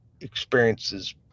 experiences